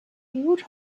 huge